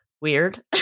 weird